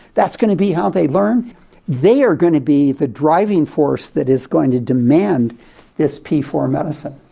that's going to be how they learn they are going to be the driving force that is going to demand this p four medicine.